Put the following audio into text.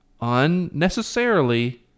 unnecessarily